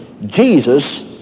Jesus